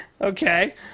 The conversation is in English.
Okay